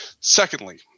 secondly